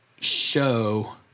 show